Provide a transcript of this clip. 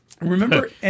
Remember